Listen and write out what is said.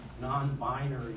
non-binary